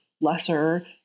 lesser